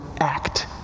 act